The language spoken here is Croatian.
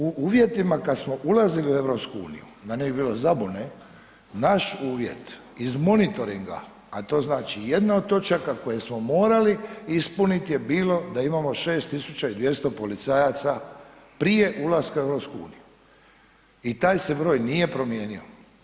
U uvjetima kada smo ulazili u EU, da ne bi bilo zabune naš uvjet iz monitoringa, a to znači jedna od točaka koje smo morali ispuniti da imamo 6200 policajaca prije ulaska u EU i taj se broj nije promijenio.